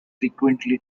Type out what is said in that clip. frequently